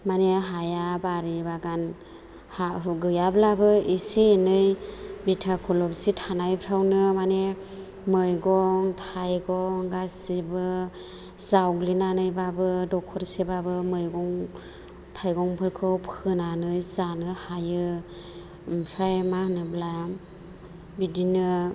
माने हाया बारि बागान हा हु गैयाब्लाबो इसे इनै बिथा खलबसे थानायफोरावनो माने मैगं थाइगं गासैबो जावग्लिनानैब्लाबो दखरसेबाबो मैगं थाइगंफोरखौ फोनानै जानो हायो ओमफ्राय मा होनोब्ला बिदिनो